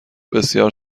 بسیار